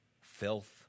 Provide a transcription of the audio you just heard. filth